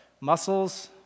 muscles